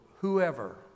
whoever